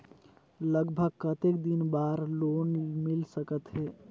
लगभग कतेक दिन बार लोन मिल सकत हे?